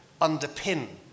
underpin